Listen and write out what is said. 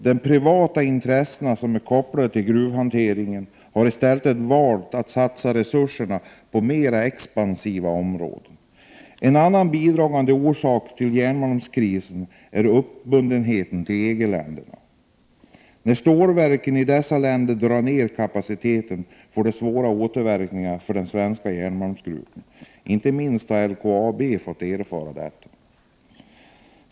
De privata intressen som är kopplade till gruvhanteringen har i stället valt att satsa resurserna på mer expansiva områden. En annan bidragande orsak till järnmalmskrisen är uppbundenheten till EG-länderna. När stålverken i dessa länder drar ned kapaciteten, får det svåra återverkningar för de svenska järnmalmsgruvorna. Inte minst har LKAB fått erfara detta.